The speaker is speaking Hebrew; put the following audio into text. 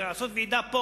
לעשות ועידה פה.